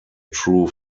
true